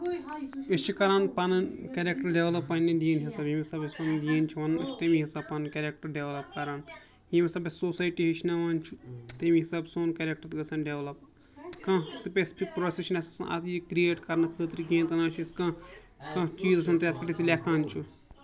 أسۍ چھِ کَران پَنُن کیٚرٮ۪کٹَر دٮ۪ولَپ پَنٛنہِ دیٖنہٕ حِساب ییٚمہِ حِساب اَسہِ پَنُن دیٖن چھِ وَنان أسۍ چھِ تَمی حِساب پَنُن کیٚرٮ۪کٹَر ڈٮ۪ولپ کَران ییٚمہِ حِساب اَسہِ سوسایٹی ہیٚچھناوان چھُ تَمہِ حِساب سون کیٚرٮ۪کٹَر گژھان ڈٮ۪ولَپ تہٕ کانٛہہ سٕپیٚسِفِک پرٛوسیٚس چھِنہٕ اَسہِ آسان اَتھ یہِ کِرٛیٹ کَرںہٕ خٲطرٕ کینٛہہ تہٕ نہ چھُ اَسہِ کاںٛہہ کانٛہہ چیٖز آسان تہٕ یَتھ پٮ۪ٹھ أسۍ یہِ لیٚکھان چھُ